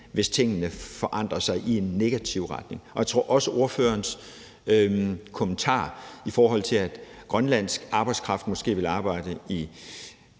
hvis tingene forandrer sig i negativ retning? Jeg tror også i forhold til ordførerens kommentar om, at grønlandsk arbejdskraft måske ville arbejde i